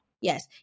Yes